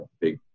big